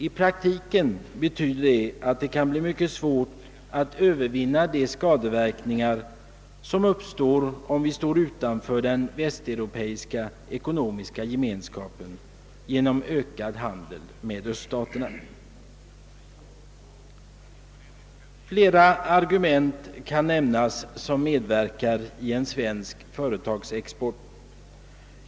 I praktiken betyder detta att det kan bli mycket svårt att övervinna de skadeverkningar som uppstår, om vi genom ökad handel med öststaterna ställer oss utanför den västeuropeiska eckonomiska gemenskapen. Flera omständigheter kan nämnas som medverkar till svensk företagsexport.